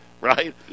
right